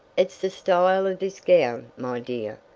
it's the style of this gown, my dear.